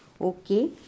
Okay